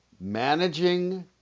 Managing